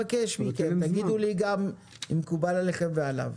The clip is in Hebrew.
תגידו לי אם מקובל עליהם ועליו.